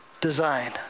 design